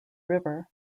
river